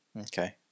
Okay